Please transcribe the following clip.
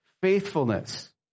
faithfulness